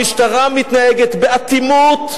המשטרה מתנהגת באטימות,